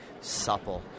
supple